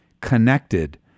connected